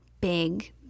big